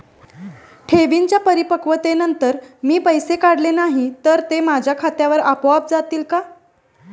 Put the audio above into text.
ठेवींच्या परिपक्वतेनंतर मी पैसे काढले नाही तर ते माझ्या खात्यावर आपोआप जातील का?